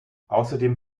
außerdem